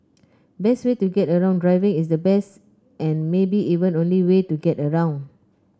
best way to get around Driving is the best and maybe even only way to get around